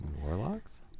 Warlocks